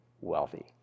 wealthy